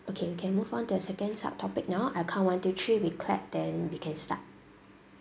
okay can move on to the second subtopic now I count one two three we clap then we can start